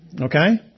okay